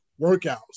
workouts